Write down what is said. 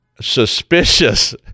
suspicious